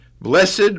Blessed